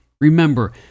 Remember